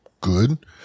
good